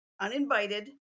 uninvited